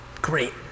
Great